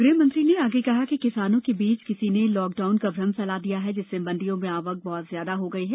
गृहमंत्री ने आगे कहा कि किसानों के बीच किसी ने लॉकडाउन का भ्रम फैला दिया है जिससे मंडियों में आवक बहुत ज्यादा हो गई है